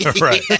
Right